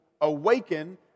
awaken